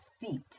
feet